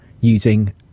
using